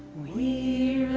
we